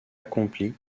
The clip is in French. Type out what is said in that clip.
accompli